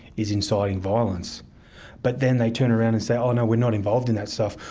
is inciting violence but then they turn around and say, oh, and we're not involved in that stuff.